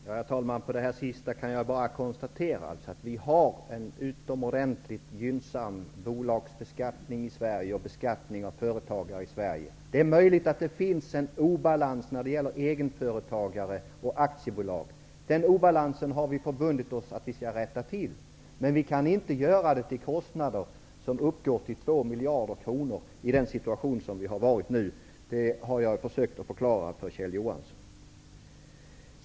Herr talman! På det sista kan jag bara konstatera att vi har en utomordentligt gynnsam bolagsbeskattning i Sverige och beskattning av företagare i Sverige. Det är möjligt att det finns en obalans mellan egenföretagare och aktiebolag. Den obalansen har vi förbundit oss att rätta till. Men vi kan inte göra det till kostnaden av 2 miljarder kronor i nuvarande situation. Det har jag försökt att förklara för Kjell Johansson.